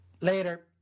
Later